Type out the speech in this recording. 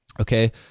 Okay